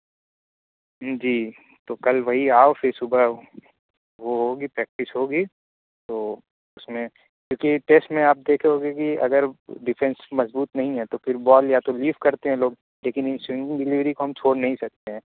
جی تو کل وہی آؤ پھر صبح وہ ہوگی پریکٹس ہوگی تو اس میں کیونکہ ٹیسٹ میں آپ دیکھو گے کہ اگر ڈیفینس مضبوط نہیں ہے تو پھر بال یا تو لیف کرتے ہیں لوگ لیکن ان سونگنگ ڈلیوری کو ہم چھوڑ نہیں سکتے ہیں